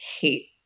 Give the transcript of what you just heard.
hate